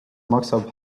maksab